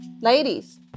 Ladies